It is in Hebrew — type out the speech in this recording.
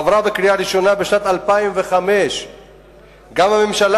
עברה בקריאה ראשונה בשנת 2005. גם הממשלה